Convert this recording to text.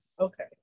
Okay